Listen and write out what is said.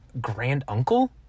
granduncle